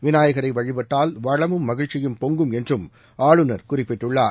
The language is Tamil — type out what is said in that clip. விநாயகரை வழிபாட்டால் வளமும் மகிழ்ச்சியும் பொங்கும் என்றும் ஆளுநர் குறிப்பிட்டுள்ளார்